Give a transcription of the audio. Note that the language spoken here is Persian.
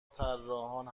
طراحان